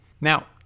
Now